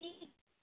ᱠᱤ